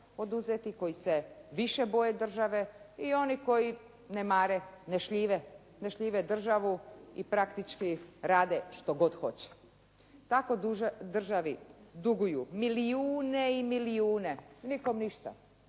koji se više boje države i oni koji ne mare, ne šljive državu i praktički rade što god hoće. Tako državi duguju milijune i milijune i nikom ništa.